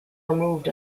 removed